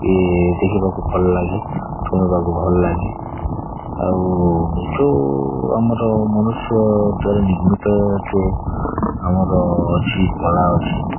ଦେଖିବାକୁ ଭଲ ଲାଗେ ଶୁଣିବାକୁ ଭଲ ଲାଗେ ଆଉ ଯେଉଁ ଆମର ମନୁଷ୍ୟ ଦ୍ଵାରା ନିର୍ମିତ ଯେଉଁ ଆମର ଅଛି କଳା ଅଛି